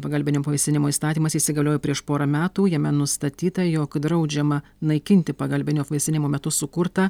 pagalbinio apvaisinimo įstatymas įsigaliojo prieš porą metų jame nustatyta jog draudžiama naikinti pagalbinio apvaisinimo metu sukurtą